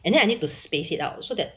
and then I need to space it out so that